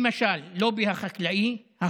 למשל לובי החקלאות